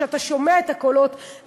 כשאתה שומע את הקולות,